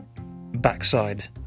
backside